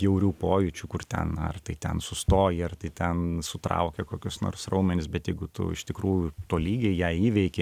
bjaurių pojūčių kur ten ar tai ten sustoji ar tai ten sutraukė kokius nors raumenis bet jeigu tu iš tikrųjų tolygiai ją įveikei